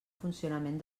funcionament